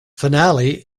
finale